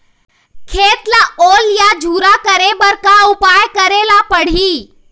खेत ला ओल या झुरा करे बर का उपाय करेला पड़ही?